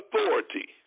authority